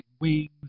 wings